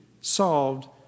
solved